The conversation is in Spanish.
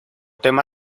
tema